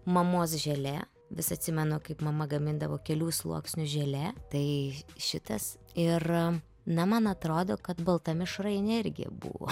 mamos želė vis atsimenu kaip mama gamindavo kelių sluoksnių želė tai šitas ir na man atrodo kad balta mišrainė irgi buvo